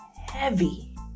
heavy